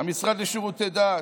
והמשרד לשירותי דת